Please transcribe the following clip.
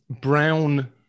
Brown